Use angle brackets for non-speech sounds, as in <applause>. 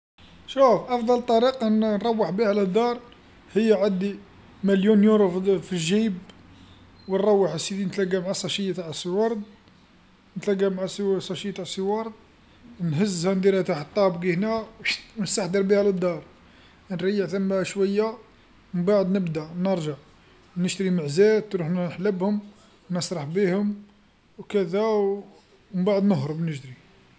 شوف أفضل طريقه ن- نروح بيها للدار هي عندي مليون يورو في ال- الجيب، وروح ا سيدي نتلاقى مع الساشيه تاع ال- الورد، نتلاقى مع الس- الساشيه تاع، <unintelligible> نهزها نديرها تاع طابقي هنا <unintelligible> ونستحضر بيها للدار، نريح ثما شويه، من بعد نبدا نرجع، نشري معزات، روح نحلبهم، نسرح بيهم، وكذا، ومن بعد نهرب نجري.